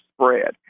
spread